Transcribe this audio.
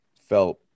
felt